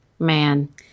Man